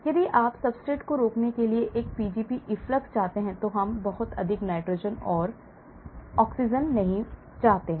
यदि आप substrate को रोकने के लिए एक Pgp efflux चाहते हैं तो हम बहुत अधिक नाइट्रोजन और ऑक्सीजन नहीं चाहते हैं